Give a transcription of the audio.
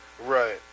Right